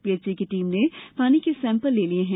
PHE की team ने पानी के सैपल ले लिये है